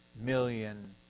million